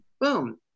boom